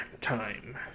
time